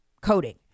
coding